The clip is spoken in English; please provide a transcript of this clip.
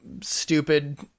stupid